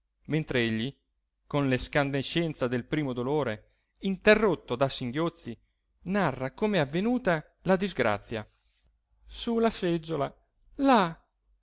sorreggendolo mentr'egli con l'escandescenza del primo dolore interrotto da singhiozzi narra com'è avvenuta la disgrazia su la seggiola là